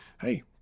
hey